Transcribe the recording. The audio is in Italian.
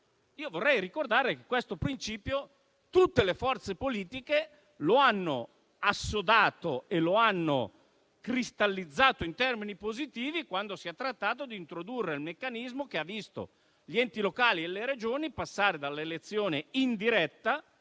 vorrei ricordare che questo principio tutte le forze politiche lo hanno assodato e cristallizzato in termini positivi quando si è trattato di introdurre il meccanismo che ha visto gli enti locali e le Regioni passare dall'elezione indiretta